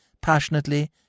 passionately